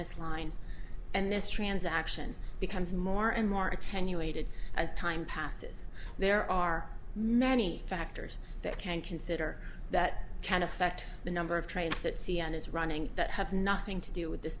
this line and this transaction becomes more and more attenuated as time passes there are many factors that can consider that can affect the number of trains that c n n is running that have nothing to do with this